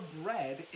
bread